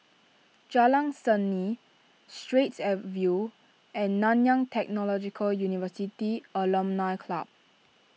Jalan Seni Straits View and Nanyang Technological University Alumni Club